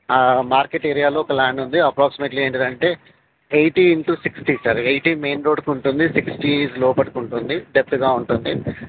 market ఏరియాలో ఒక land ఉంది అప్రాక్సిమేట్లీ ఏంటిదంటే eighty into sixty sir eighty main రోడ్కి ఉంటుంది సిక్స్టీ లోపటికి ఉంటుంది డెప్త్గా ఉంటుంది